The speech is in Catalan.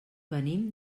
venim